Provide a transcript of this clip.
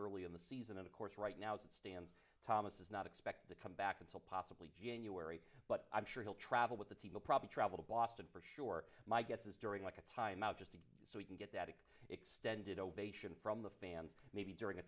early in the season and of course right now it stands thomas is not expected to come back until possibly january but i'm sure he'll travel with the team will probably travel to boston for sure my guess is during like a time out just a good so you can get that extended ovation from the fans maybe during a